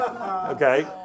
Okay